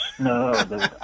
No